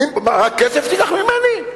מה, רק כסף תיקח ממני?